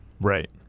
right